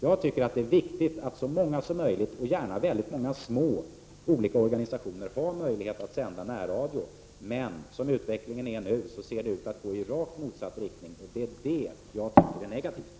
Det är enligt min mening viktigt att så många organisationer som möjligt, och gärna många små, har möjlighet att sända närradio. Men den nuvarande utvecklingen pekar i rakt motsatt riktning. Det är detta som jag tycker är negativt.